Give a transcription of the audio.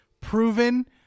Proven